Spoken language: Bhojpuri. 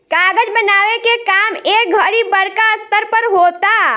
कागज बनावे के काम ए घड़ी बड़का स्तर पर होता